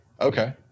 Okay